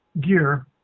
gear